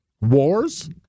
wars